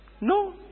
No